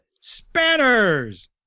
Spanners